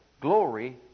glory